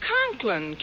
Conklin